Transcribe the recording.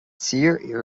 tír